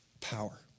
power